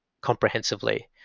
comprehensively